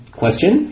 question